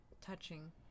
touching